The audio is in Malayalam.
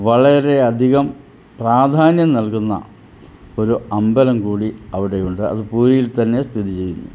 വളരെയധികം പ്രാധാന്യം നൽകുന്ന ഒരു അമ്പലം കൂടി അവിടെയുണ്ട് അത് പൂരിയിൽ തന്നെ സ്ഥിതി ചെയ്യുന്നു